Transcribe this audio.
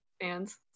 fans